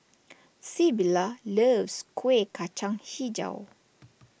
Sybilla loves Kueh Kacang HiJau